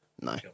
No